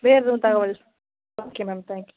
வேறு எதுவும் தகவல் ஓகே மேம் தேங்க்யூ